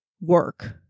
work